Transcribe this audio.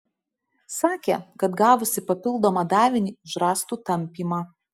sakė kad gavusi papildomą davinį už rąstų tampymą